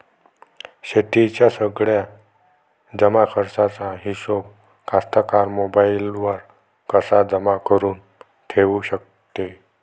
शेतीच्या सगळ्या जमाखर्चाचा हिशोब कास्तकार मोबाईलवर कसा जमा करुन ठेऊ शकते?